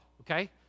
okay